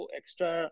extra